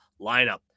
lineup